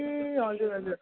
ए हजुर हजुर